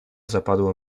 zapadło